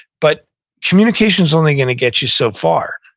but communication's only going to get you so far.